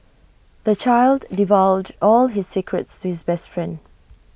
the child divulged all his secrets to his best friend